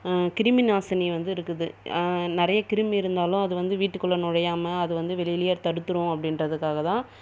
கிருமி நாசினி வந்து இருக்குது நிறைய கிருமி இருந்தாலும் அது வந்து வீட்டுக்குள்ளே நுழையாமல் அது வந்து வெளிலேயே தடுத்துடும் அப்படின்றதுக்காக தான்